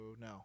No